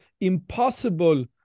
impossible